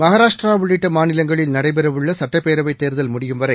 மஹாராஷ்ட்ரா உள்ளிட்ட மாநிலங்களில் நடைபெற உள்ள சுட்டப்பேரவைத் தேர்தல் முடியும் வரை